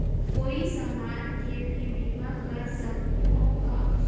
कोई समान के भी बीमा कर सकथव का?